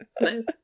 nice